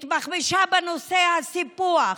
התבחבשה בנושא הסיפוח.